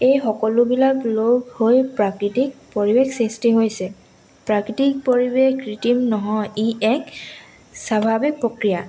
এই সকলোবিলাক লগ হৈ প্ৰাকৃতিক পৰিৱেশ সৃষ্টি হৈছে প্ৰাকৃতিক পৰিৱেশ কৃত্ৰিম নহয় ই এক স্বাভাৱিক প্ৰক্ৰিয়া